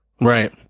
Right